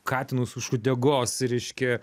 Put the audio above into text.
katinus už uodegos ir reiškia